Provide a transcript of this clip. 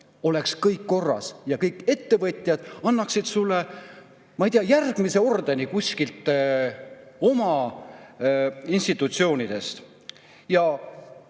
oleks kõik korras ja kõik ettevõtjad annaksid sulle, ma ei tea, järgmise ordeni kuskilt oma institutsioonidest. Ma